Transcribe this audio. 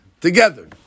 together